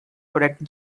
correct